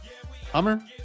Hummer